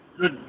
Good